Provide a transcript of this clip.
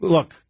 Look